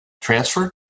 transfer